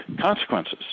consequences